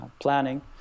planning